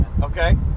Okay